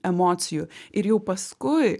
emocijų ir jau paskui